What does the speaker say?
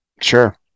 Sure